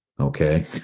Okay